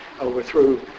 overthrew